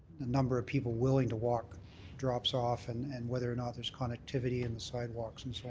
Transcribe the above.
number of people willing to walk drops off and and whether or not there's connectivity in the sidewalks and so